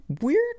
weird